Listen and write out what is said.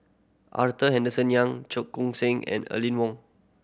Arthur Henderson Young Cheong Koon Seng and Aline Wong